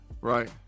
Right